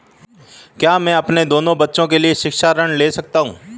क्या मैं अपने दोनों बच्चों के लिए शिक्षा ऋण ले सकता हूँ?